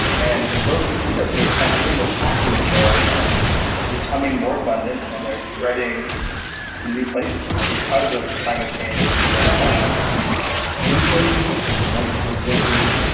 and those mosquitoes that are transmitting those pathogens are are becoming more abundant, and they're spreading to new places because of climate change and global warming new places like, for example,